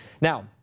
Now